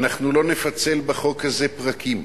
אנחנו לא נפצל בחוק הזה פרקים.